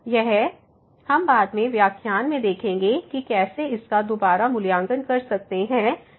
यह 1 cos x x हम बाद में व्याख्यान में देखेंगे कि कैसे इसका दोबारा मूल्यांकन कर सकते हैं कि यह लिमिट 0 है